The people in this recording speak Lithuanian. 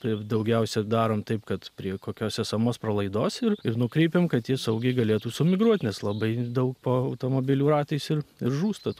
taip daugiausia darom taip kad prie kokios esamos pralaidos ir ir nukreipiame kad jie saugiai galėtų sumigruot nes labai daug po automobilių ratais ir ir žūsta tų